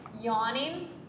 yawning